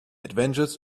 adventures